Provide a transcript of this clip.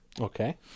Okay